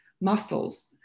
muscles